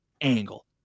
angle